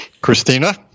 Christina